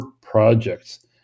projects